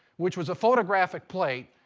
which was a photographic plate,